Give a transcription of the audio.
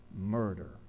murder